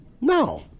No